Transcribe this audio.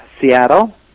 Seattle